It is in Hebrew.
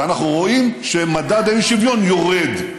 ואנחנו רואים שמדד האי-שוויון יורד.